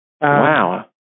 Wow